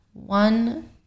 One